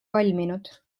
valminud